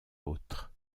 autres